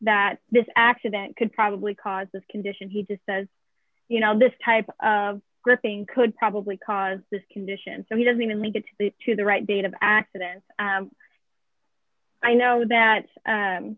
that this accident could probably cause this condition he just says you know this type of gripping could probably cause this condition so he doesn't even make it to the right date of accidents i know that